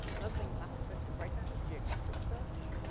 another thing elasticsearch is great at is geographic search.